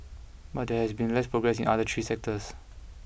but there has been less progress in the other three sectors